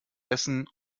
essen